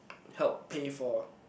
helped pay for